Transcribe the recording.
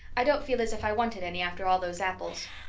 i don't feel as if i wanted any after all those apples.